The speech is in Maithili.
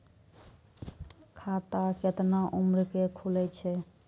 खाता केतना उम्र के खुले छै?